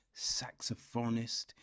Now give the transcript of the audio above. saxophonist